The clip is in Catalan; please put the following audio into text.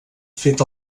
fet